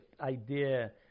idea